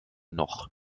noch